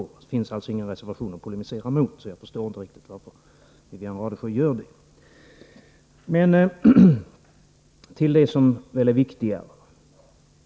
Det finns alltså ingen reservation att polemisera emot, så jag förstår inte riktigt varför Wivi-Anne Radesjö gör det. Men nu skall jag övergå till det som är viktigare.